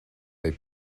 they